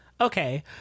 okay